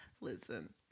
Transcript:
Listen